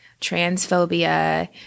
transphobia